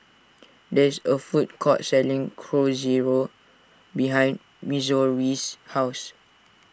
there is a food court selling Chorizo behind Missouri's house